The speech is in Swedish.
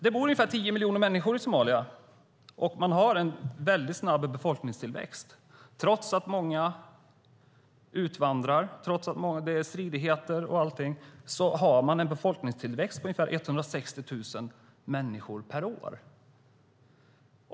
Det bor ungefär 10 miljoner människor i Somalia, och man har en väldigt snabb befolkningstillväxt. Trots stor utvandring och stridigheter har man en befolkningstillväxt på ungefär 160 000 människor per år.